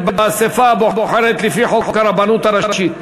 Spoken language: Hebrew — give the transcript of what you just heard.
באספה הבוחרת לפי חוק הרבנות הראשית.